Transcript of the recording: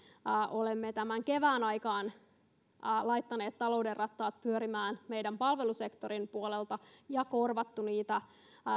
olemme tämän kevään aikana laittaneet talouden rattaat pyörimään meidän palvelusektorin puolella ja korvanneet niitä